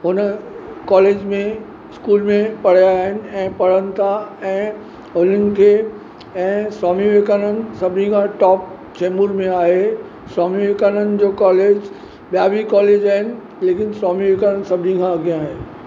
हुन कॉलेज में स्कूल में पढ़िया आहिनि ऐं पढ़नि था ऐं हुननि खे ऐं स्वामी विवेकानंद सभिनी खां टॉप चेम्बूर में आहे स्वामी विवेकानंद जो कॉलेज ॿिया बि कॉलेज आहिनि लेकिन स्वामी विवेकानंद सभिनी खां अॻियां आहे